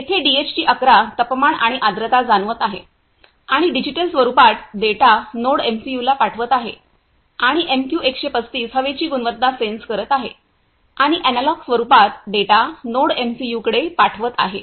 येथे डीएचटी 11 तापमान आणि आर्द्रता जाणवत आहे आणि डिजिटल स्वरुपात डेटा नोडएमसीयू ला पाठवत आहे आणि एमक्यू 135 हवेची गुणवत्ता सेन्स करत आहे आणि एनालॉग स्वरूपात डेटा नोडएमसीयूकडे पाठवित आहे